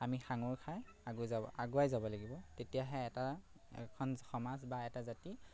আমি সাঙুৰ খাই আগুৱাই যাব আগুৱাই যাব লাগিব তেতিয়াহে এটা এখন সমাজ বা এটা জাতি